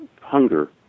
hunger